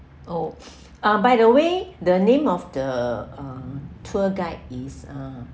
oh uh by the way the name of the um tour guide is uh